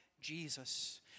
Jesus